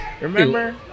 Remember